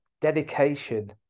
dedication